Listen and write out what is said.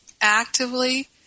actively